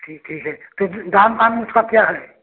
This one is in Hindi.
ठीक ठीक है तो फिर दाम दाम उसका क्या है